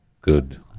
Good